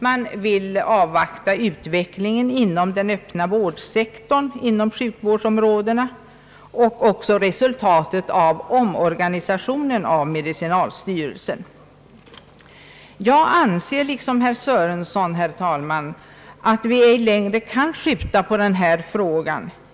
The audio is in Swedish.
Man vill avvakta utvecklingen inom den öppna vårdsektorn på sjukvårdsområdet, liksom resultatet av omorganisationen av medicinalstyrelsen. Jag anser, liksom herr Sörenson, att vi ej längre kan skjuta upp denna fråga, herr talman.